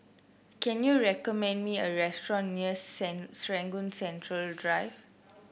can you recommend me a restaurant near Serangoon Central Drive